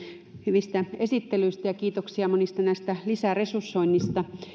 hyvistä esittelyistä ja kiitoksia monista näistä lisäresursoinneista